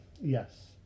Yes